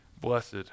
blessed